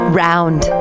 round